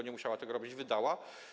Nie musiała tego robić, wydała.